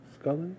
Scully